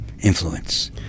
influence